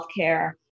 healthcare